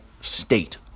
state